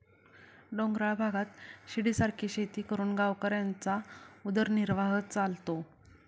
डोंगराळ भागात शिडीसारखी शेती करून गावकऱ्यांचा उदरनिर्वाह चालतो